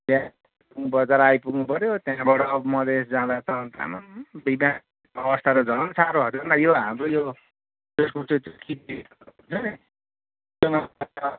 बजार आइपुग्नु पऱ्यो त्यहाँबाट अब मधेश जाँदा त अन्त आम्माम बिमारीको अवस्था त झन साह्रो यो हाम्रो यो